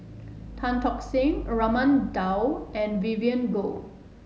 Tan Tock Seng Raman Daud and Vivien Goh